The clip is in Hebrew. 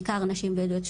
בעיקר נשים בדואיות,